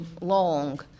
long